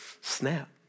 snap